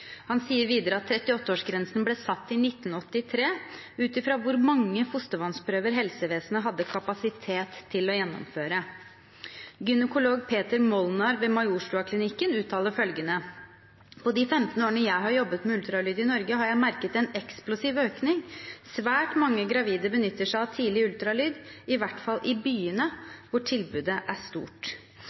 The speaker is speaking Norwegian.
Han sier videre at 38-årsgrensen ble satt i 1983, ut fra hvor mange fostervannsprøver helsevesenet hadde kapasitet til å gjennomføre. Gynekolog Peter Molnar ved Majorstuaklinikken uttaler følgende: «På de 15 årene jeg har jobbet med ultralyd i Norge har jeg merket en eksplosiv økning. Svært mange gravide benytter seg av tidlig ultralyd, i hvert fall i byene hvor tilbudet er stort.»